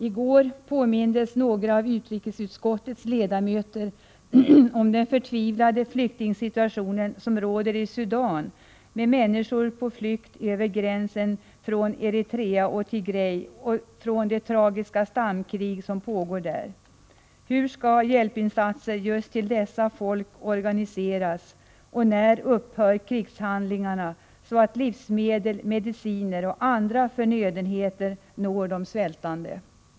I går påmindes några av utrikesutskottets ledamöter om den förtvivlade flyktingsituation som råder i Sudan, med människor på flykt över gränsen från Eritrea och Tigre undan det tragiska stamkrig som där pågår. Hur skall hjälpinsatser till just dessa folk organiseras? När upphör krigshandlingarna, så att livsmedel, mediciner och andra förnödenheter når de svältande?